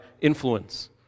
influence